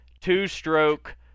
two-stroke